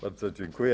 Bardzo dziękuję.